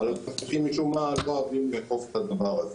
אבל פקחים משום מה לא אוהבים לאכוף את הדבר הזה.